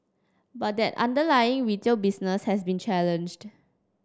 but that underlying retail business has been challenged